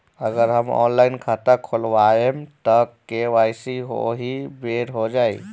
अगर हम ऑनलाइन खाता खोलबायेम त के.वाइ.सी ओहि बेर हो जाई